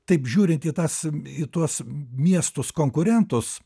taip žiūrint į tas į tuos miestus konkurentus